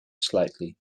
slightly